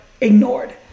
ignored